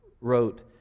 wrote